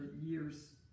year's